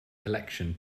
election